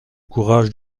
courage